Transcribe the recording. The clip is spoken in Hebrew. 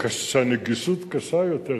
שהנגישות קשה יותר,